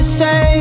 say